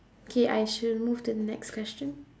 okay I should move to the next question